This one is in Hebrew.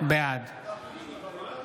בעד